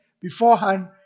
Beforehand